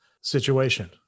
situation